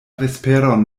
vesperon